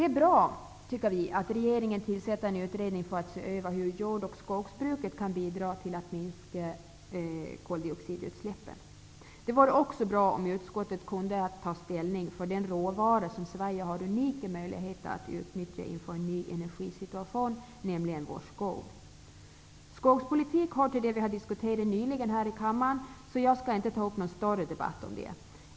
Det är bra att regeringen tillsätter en utredning som skall se över hur jord och skogsbruket kan bidra till att minska koldioxidutsläppen. Det vore också bra om utskottet kunde ta ställning för den råvara som Sverige har unika möjligheter att utnyttja inför en ny energisituation, nämligen vår skog. Vi har nyligen diskuterat skogspolitik här i kammaren. Därför skall jag inte ta upp någon större debatt om denna.